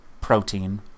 protein